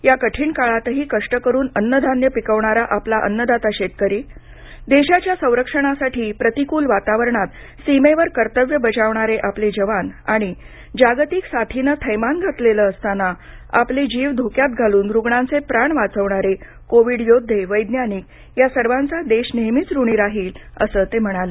या कठीण काळातही कष्ट करून अन्न धान्य पिकवणारा आपला अन्नदाता शेतकरी देशाच्या संरक्षणासाठी प्रतिकूल वातावरणात सीमेवर कर्तव्य बजावणारे आपले जवान आणि जागतिक साथीनं थैमान घातलेलं असताना आपले जीव धोक्यात घालून रुग्णांचे प्राण वाचवणारे कोविड योद्धे वैज्ञानिक या सर्वांचा देश नेहेमीच ऋणी राहील असं ते म्हणाले